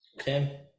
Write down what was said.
Okay